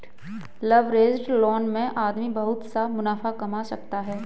leveraged loan में आदमी बहुत सा मुनाफा कमा सकता है